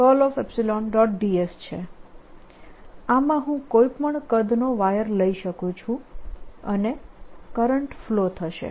ds છે આમાં હું કોઈ પણ કદનો વાયર લઈ શકું છું અને કરંટ ફ્લો થશે